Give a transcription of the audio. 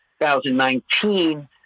2019